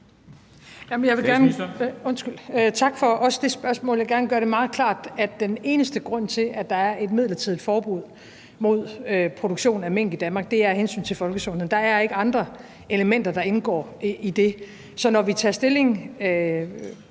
Tak for også det spørgsmål. Jeg vil gerne gøre det meget klart, at den eneste grund til, at der er et midlertidigt forbud mod produktion af mink i Danmark, er hensynet til folkesundheden. Der er ikke andre elementer, der indgår i det. Så når vi tager stilling